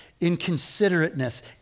inconsiderateness